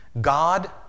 God